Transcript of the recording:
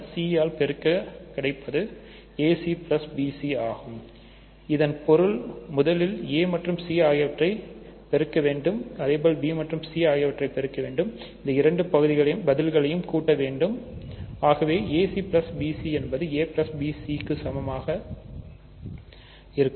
c க்கு சமமாக இருக்கும்